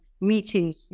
meetings